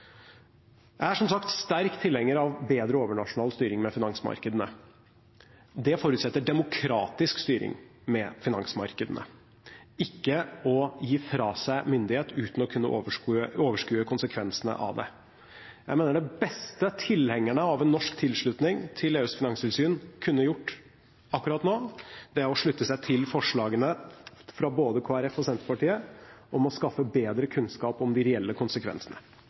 Jeg er som sagt sterk tilhenger av bedre overnasjonal styring med finansmarkedene. Det forutsetter demokratisk styring med finansmarkedene, ikke å gi fra seg myndighet uten å kunne overskue konsekvensene av det. Jeg mener det beste tilhengerne av en norsk tilslutning til EUs finanstilsyn kunne gjort akkurat nå, var å slutte seg til forslagene fra både Kristelig Folkeparti og Senterpartiet om å skaffe bedre kunnskap om de reelle konsekvensene.